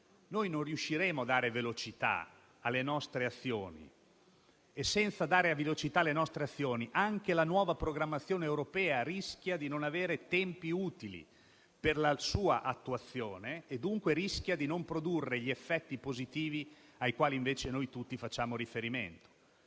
non riusciremo a dare velocità alle nostre azioni. Senza dare velocità alle nostre azioni, anche la nuova programmazione europea rischia di non avere tempi utili per la sua attuazione e dunque di non produrre gli effetti positivi ai quali invece noi tutti facciamo riferimento.